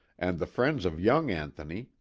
and the friends of young anthony,